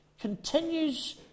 continues